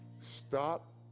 Stop